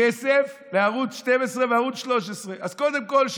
כסף לערוץ 12 וערוץ 13. אז קודם כול,